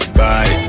bye